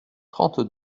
trente